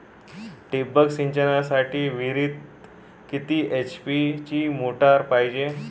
ठिबक सिंचनासाठी विहिरीत किती एच.पी ची मोटार पायजे?